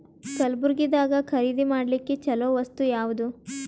ಕಲಬುರ್ಗಿದಾಗ ಖರೀದಿ ಮಾಡ್ಲಿಕ್ಕಿ ಚಲೋ ವಸ್ತು ಯಾವಾದು?